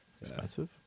Expensive